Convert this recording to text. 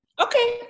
Okay